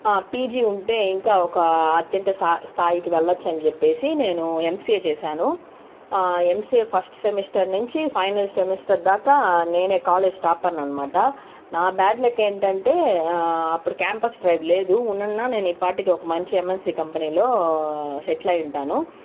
PG ఉంటే ఇంకా ఒక అత్యంత స్థాయి స్థాయికి వెళ్లొచ్చు అని చెప్పేసి నేను ఎంసీఏ చేశాను ఎంసిఏ ఫస్ట్ సెమిస్టర్ నుంచి ఫైనల్ సెమిస్టర్ దాక నేనే కాలేజ్ టాపర్ ని అనమాట నా బ్యాడ్ లక్ ఏంటంటే అప్పుడు క్యాంపస్ డ్రైవ్ లేదు ఉనున్నా నేను ఈపాటికి ఒక మంచి ఎంఎన్సి కంపెనీ లో సెటిల్ ఉంటాను